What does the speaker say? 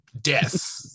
death